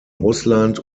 russland